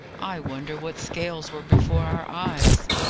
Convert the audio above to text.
i wonder what scales were before our eyes?